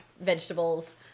vegetables